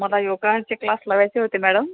मला योगाचे क्लास लावायचे होते मॅडम